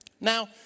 Now